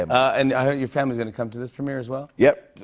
and i heard your family's going to come to this premiere as well? yep,